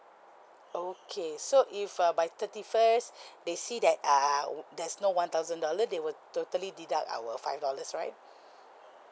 okay so if uh by thirty first they see that err oh there's no one thousand dollar they will totally deduct our five dollars right